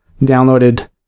downloaded